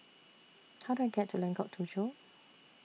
How Do I get to Lengkok Tujoh